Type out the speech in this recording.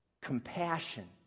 Compassion